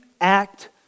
act